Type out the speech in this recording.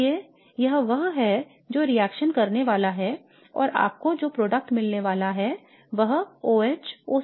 इसलिए यह वह है जो रिएक्शन करने वाला है और आपको जो उत्पाद मिलने वाला है वह OH OCH3 होगा